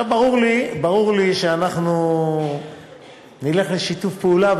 ברור לי שאנחנו נלך לשיתוף פעולה,